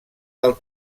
del